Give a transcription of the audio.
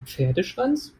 pferdeschwanz